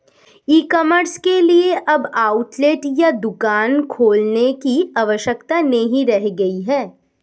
ई commerce के लिए अब आउटलेट या दुकान खोलने की आवश्यकता नहीं रह गई है